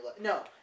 No